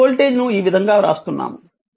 ఈ వోల్టేజ్ ను ఈ విధంగా వ్రాస్తున్నాము